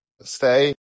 stay